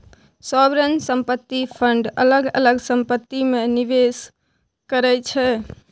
sovereign संपत्ति fund अलग अलग संपत्ति मे निबेस करै छै